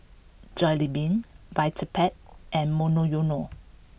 Jollibean Vitapet and Monoyono